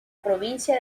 provincia